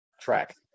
track